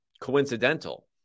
coincidental